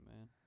man